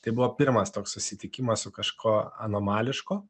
tai buvo pirmas toks susitikimas su kažkuo anomališku